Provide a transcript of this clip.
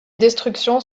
destructions